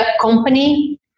company